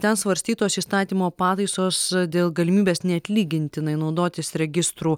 ten svarstytos įstatymo pataisos dėl galimybės neatlygintinai naudotis registrų